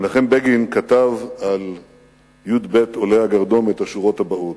מנחם בגין כתב על י"ב עולי הגרדום את השורות הבאות: